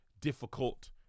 difficult